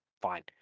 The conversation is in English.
Fine